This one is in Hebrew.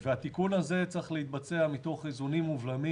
התיקון הזה צריך להתבצע מתוך איזונים מובלמים